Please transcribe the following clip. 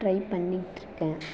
try பண்ணிட்டுருக்கேன்